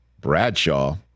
Bradshaw